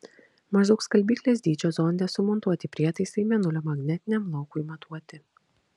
maždaug skalbyklės dydžio zonde sumontuoti prietaisai mėnulio magnetiniam laukui matuoti